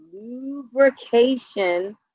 lubrication